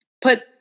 put